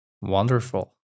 Wonderful